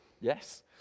Yes